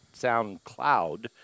SoundCloud